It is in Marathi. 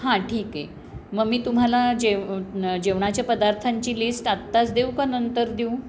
हां ठीक आहे मग मी तुम्हाला जेव जेवणाच्या पदार्थांची लिस्ट आताच देऊ का नंतर देऊ